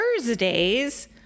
Thursdays